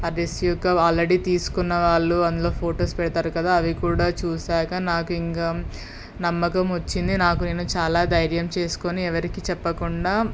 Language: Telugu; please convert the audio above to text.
ఆ డ్రెస్సు యొక్క ఆల్రెడీ తీసుకున్న వాళ్ళు అందులో ఫొటోస్ పెడతారు కదా అది కూడా చూశాక నాకు ఇంక నమ్మకం వచ్చింది నాకు నేను చాలా ధైర్యం చేసుకుని ఎవరికీ చెప్పకుండా